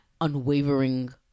unwavering